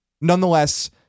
Nonetheless